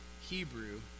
hebrew